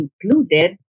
included